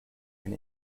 and